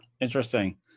interesting